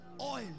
oil